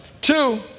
Two